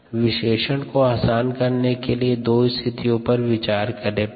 dxdtmSKSSx विश्लेषण को आसान करने के लिए दो स्थितियों पर विचार करें